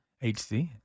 HC